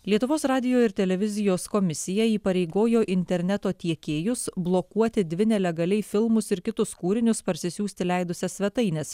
lietuvos radijo ir televizijos komisija įpareigojo interneto tiekėjus blokuoti dvi nelegaliai filmus ir kitus kūrinius parsisiųsti leidusias svetaines